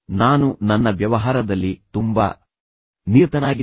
ನಾನು ನನ್ನ ವ್ಯವಹಾರದಲ್ಲಿ ತುಂಬಾ ನಿರತನಾಗಿದ್ದೆ